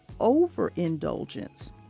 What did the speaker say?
overindulgence